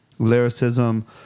Lyricism